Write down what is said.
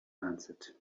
answered